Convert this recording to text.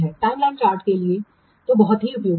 समयरेखा chart का लिए बहुत उपयोगी है